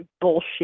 bullshit